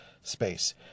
space